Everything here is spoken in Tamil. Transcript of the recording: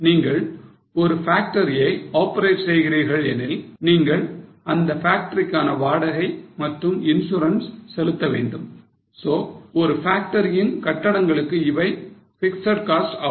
நீங்கள் ஒரு ஃபேக்டரியை operate செய்கிறீர்கள் எனில் நீங்கள் அந்த ஃபேக்டரிக்கான வாடகை மற்றும் இன்ஷூரன்ஸ் செலுத்த வேண்டும் so ஒரு பேக்டரியில் கட்டடங்களுக்கு இவை பிக்ஸட் காஸ்ட் ஆகும்